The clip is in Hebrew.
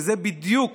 זו בדיוק